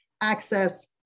access